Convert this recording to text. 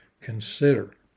consider